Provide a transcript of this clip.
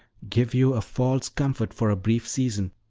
give you a false comfort for a brief season,